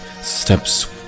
steps